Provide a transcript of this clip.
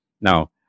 Now